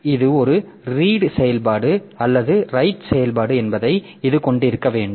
எனவே இது ஒரு ரீடு செயல்பாடு அல்லது ரைட் செயல்பாடு என்பதை இது கொண்டிருக்க வேண்டும்